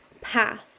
path